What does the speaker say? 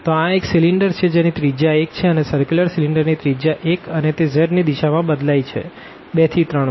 તો આ એક સીલીન્ડર છે જેની રેડીઅસ 1 છે અને સર્ક્યુલર સીલીન્ડર ની રેડીઅસ 1 અને તે z ની દિશા માં બદલાઈ છે 2 થી 3 માં